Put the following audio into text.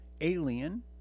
alien